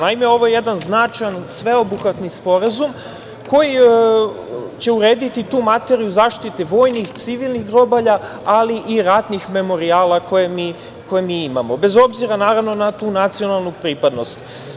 Naime, ovo je jedan značajan sveobuhvatni sporazum, koji će urediti tu materiju zaštite vojnih, civilnih grobalja, ali i ratnih memorijala koje mi imamo, bez obzira naravno na tu nacionalnu pripadnost.